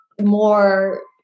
more